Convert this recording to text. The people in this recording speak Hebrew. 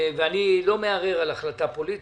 ואני לא מערער על החלטה פוליטית.